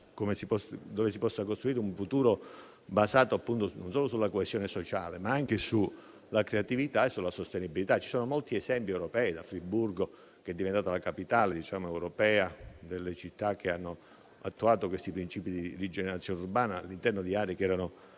dove si possa costruire un futuro basato non solo sulla coesione sociale, ma anche sulla creatività e sulla sostenibilità. Ci sono molti esempi europei, a partire da Friburgo, che è diventata la capitale europea delle città che hanno attuato i principi di rigenerazione urbana all'interno di aree che erano